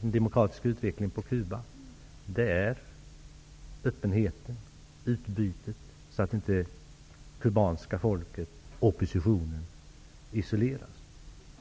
demokratisk utveckling på Cuba är öppenhet och utbyte så att det kubanska folket och oppositionen inte isoleras.